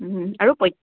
আৰু প্ৰ